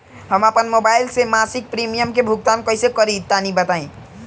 हम आपन मोबाइल से मासिक प्रीमियम के भुगतान कइसे करि तनि बताई?